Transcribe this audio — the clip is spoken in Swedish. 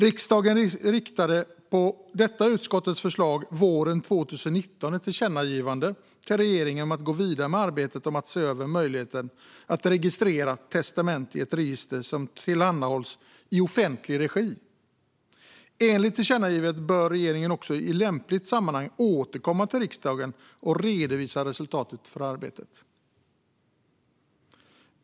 Riksdagen riktade våren 2019, på civilutskottets förslag, ett tillkännagivande till regeringen om att gå vidare med arbetet att se över möjligheten att registrera testamenten i ett register i offentlig regi. Enligt tillkännagivandet bör regeringen också i ett lämpligt sammanhang återkomma till riksdagen och redovisa resultatet av det arbetet.